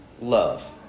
love